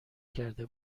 کرده